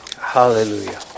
hallelujah